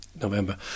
November